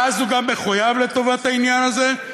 ואז הוא גם מחויב לטובת העניין הזה?